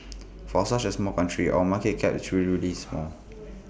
for such A small country our market cap is really really small